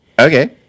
Okay